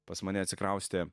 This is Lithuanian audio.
pas mane atsikraustė